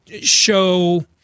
show